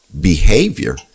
behavior